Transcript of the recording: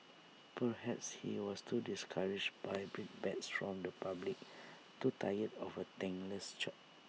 perhaps he was too discouraged by brickbats from the public too tired of A thankless job